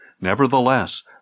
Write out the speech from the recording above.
Nevertheless